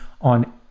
on